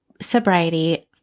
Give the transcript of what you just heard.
sobriety